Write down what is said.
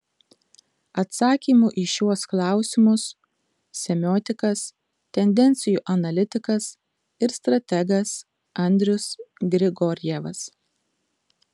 atsakymų į šiuos klausimus semiotikas tendencijų analitikas ir strategas andrius grigorjevas